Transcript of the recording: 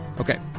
okay